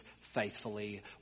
faithfully